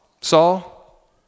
Saul